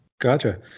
Gotcha